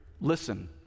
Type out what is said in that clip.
Listen